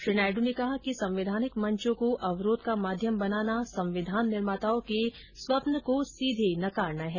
श्री नायडू ने कहा कि संवैधानिक मंचों को अवरोध का माध्यम बनाना संविधान निर्माताओं के स्वप्न को सीधे नकारना है